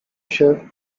się